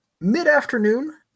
Mid-afternoon